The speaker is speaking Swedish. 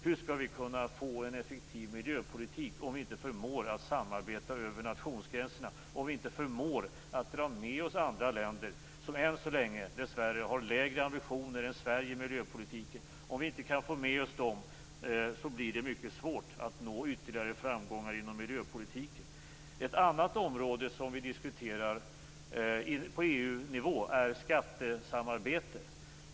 Hur skall vi kunna få en effektiv miljöpolitik om vi inte förmår att samarbeta över nationsgränserna och om vi inte förmår att dra med oss andra länder, som än så länge dessvärre har lägre ambitioner än Sverige inom miljöpolitiken? Om vi inte kan få med oss dem blir det mycket svårt att nå ytterligare framgångar inom miljöpolitiken. Ett annat område som vi diskuterar på EU-nivå är skattesamarbete.